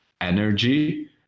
energy